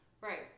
Right